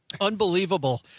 Unbelievable